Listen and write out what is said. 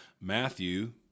Matthew